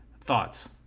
Thoughts